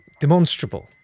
demonstrable